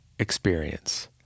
experience